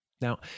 Now